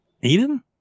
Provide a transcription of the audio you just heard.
Eden